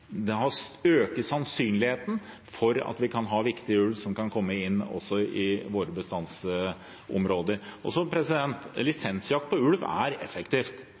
sannsynligheten for at viktig ulv kan komme inn også i våre bestandsområder. Lisensjakt på ulv er effektivt.